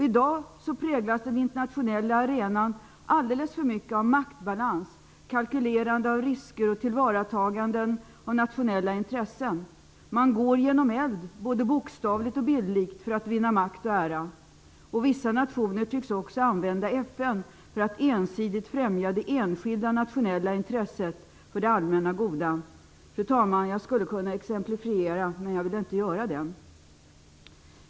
I dag präglas den internationella arenan alldeles för mycket av maktbalans, kalkylerande av risker och tillvaratagande av nationella intressen. Man går genom eld, både bokstavligt och bildligt, för att vinna makt och ära. Vissa nationer tycks också använda FN för att ensidigt främja det enskilda nationella intresset i stället för det allmänna goda. Fru talman! Jag skulle kunna exemplifiera det här. Men jag vill inte göra det.